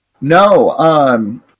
No